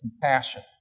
compassion